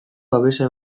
babesa